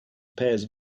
pairs